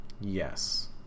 Yes